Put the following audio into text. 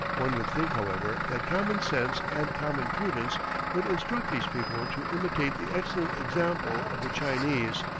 one would think, however, that common sense and common prudence would instruct these people to imitate the excellent example of the chinese,